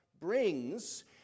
brings